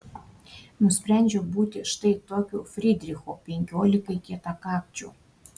nusprendžiau būti štai tokiu frydrichu penkiolikai kietakakčių